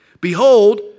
Behold